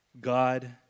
God